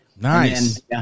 Nice